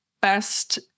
best